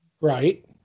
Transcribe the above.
Right